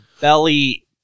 belly